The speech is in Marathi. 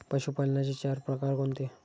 पशुपालनाचे चार प्रकार कोणते?